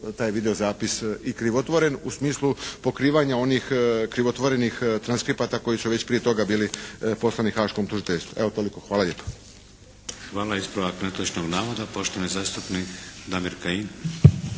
taj video zapis i krivotvoren u smislu pokrivanja onih krivotvorenih transkripata koji su već prije toga bili poslani Haaškom tužiteljstvu. Evo toliko. Hvala lijepo. **Šeks, Vladimir (HDZ)** Hvala. Ispravak netočnog navoda, poštovani zastupnik Damir Kajin.